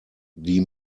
die